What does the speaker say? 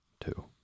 Two